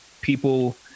people